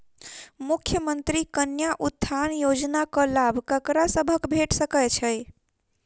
मुख्यमंत्री कन्या उत्थान योजना कऽ लाभ ककरा सभक भेट सकय छई?